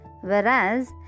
Whereas